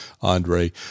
Andre